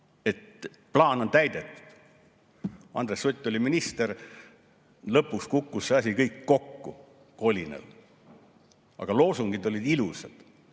et plaan on täidetud. Andres Sutt oli minister. Lõpuks kukkus see asi kõik kolinal kokku. Aga loosungid olid ilusad! Kui